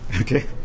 Okay